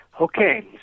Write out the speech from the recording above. Okay